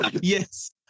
Yes